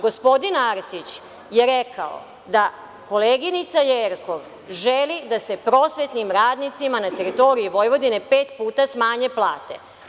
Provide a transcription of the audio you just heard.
Gospodin Arsić je rekao da koleginica Jerkov želi da se prosvetnim radnicima na teritoriji Vojvodine pet puta smanje plate.